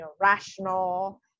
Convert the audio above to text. rational